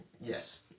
Yes